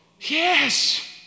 Yes